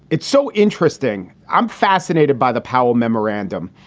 it's so interesting. i'm fascinated by the power memorandum,